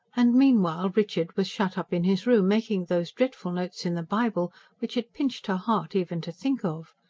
and meanwhile richard was shut up in his room, making those dreadful notes in the bible which it pinched her heart even to think of.